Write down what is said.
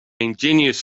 ingenious